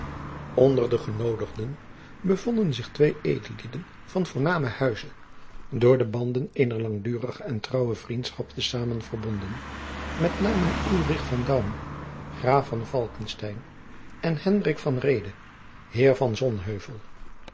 onder die genoodigden bevonden zich twee edellieden van voornamen huize door de banden eener langdurige en trouwe vriendschap te zamen verbonden met namen ulrich von daun graaf van falckestein en